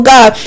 God